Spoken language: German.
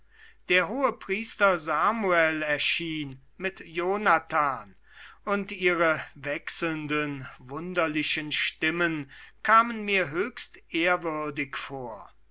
der hohepriester samuel erschien mit jonathan und ihre wechselnden wunderlichen stimmen kamen mir höchst ehrwürdig vor